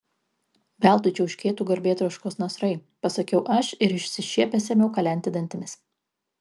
veltui čiauškėtų garbėtroškos nasrai pasakiau aš ir išsišiepęs ėmiau kalenti dantimis